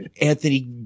anthony